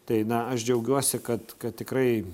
tai na aš džiaugiuosi kad tikrai